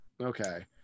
Okay